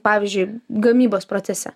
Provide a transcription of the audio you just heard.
pavyzdžiui gamybos procese